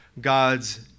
God's